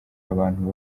abantu